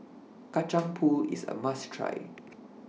Kacang Pool IS A must Try